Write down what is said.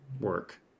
work